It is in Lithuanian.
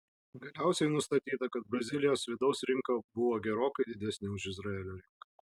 galiausiai nustatyta kad brazilijos vidaus rinka buvo gerokai didesnė už izraelio rinką